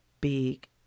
big